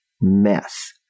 mess